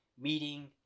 meeting